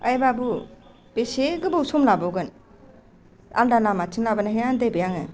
ओइ बाबु बेसे गोबाव सम लाबावगोन आलदा लामाथिं लाबोनायखाय आनदायबाय आङो